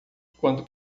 quando